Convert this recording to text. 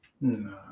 No